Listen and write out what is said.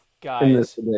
Guys